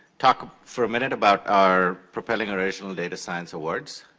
talk for a minute about our propelling original data science awards.